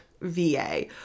VA